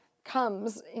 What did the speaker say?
comes